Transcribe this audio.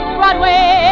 Broadway